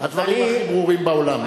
הדברים הכי ברורים בעולם.